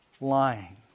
lying